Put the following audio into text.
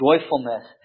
joyfulness